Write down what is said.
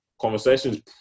conversations